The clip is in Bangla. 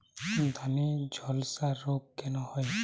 ধানে ঝলসা রোগ কেন হয়?